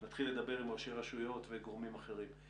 לאחר מכן נתחיל לדבר עם ראשי רשויות ועם גורמים אחרים.